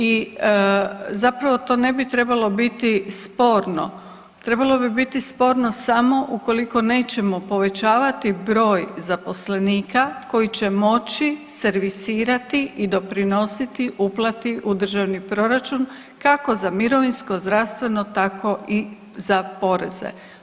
I zapravo to ne bi trebalo biti sporno, trebalo bi biti sporno samo ukoliko nećemo povećavati broj zaposlenika koji će moći servisirati i doprinositi uplati u državni proračun kako za mirovinsko zdravstveno, tako i za poreze.